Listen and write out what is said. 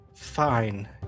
Fine